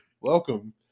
Welcome